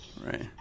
Right